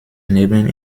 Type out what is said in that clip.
neben